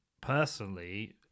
personally